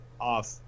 off –